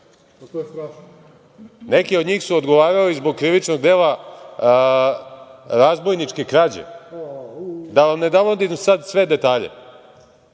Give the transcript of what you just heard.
dileri. Neki od njih su odgovarali zbog krivičnog dela razbojničke krađe. Da vam ne navodim sad sve detalje. Boško